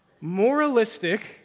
Moralistic